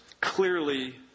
clearly